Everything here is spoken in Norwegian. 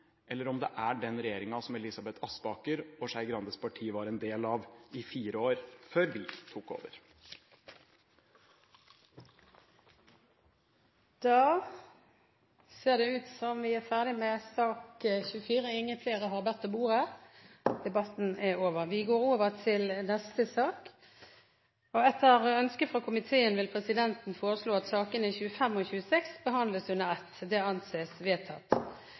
eller den regjeringen som partiene til Elisabeth Aspaker og Trine Skei Grande var en del av i fire år, før vi tok over. Ingen flere har bedt om ordet til sak nr. 24. Etter ønske fra utenriks- og forsvarskomiteen vil presidenten foreslå at sakene nr. 25 og 26 behandles under ett. – Det anses vedtatt.